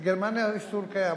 בגרמניה האיסור קיים,